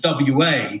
WA